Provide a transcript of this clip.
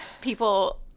people